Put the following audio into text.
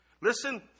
Listen